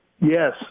Yes